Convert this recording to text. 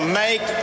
make